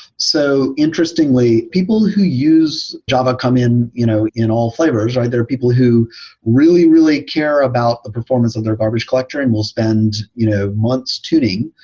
so, interestingly, people who use java come in you know in all fl avors, right? there are people who really, really care about the performance of their garbage collector and will spend you know months tuning,